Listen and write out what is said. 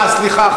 סליחה,